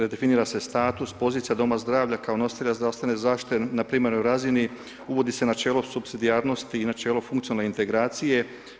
Redefinira se status, pozicija doma zdravlja kao nositelja zdravstvene zaštite na primarnoj razini, uvodi se načelo supsidijarnosti i načelo funkcionalne integracije.